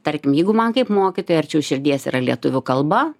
tarkim jeigu man kaip mokytojai arčiau širdies yra lietuvių kalba